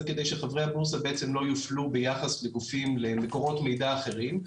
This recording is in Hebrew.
זה בעצם שחברי הבורסה לא יופלו ביחס לגופים ולמקורות מידע אחרים.